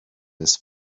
his